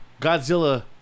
Godzilla